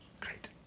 Great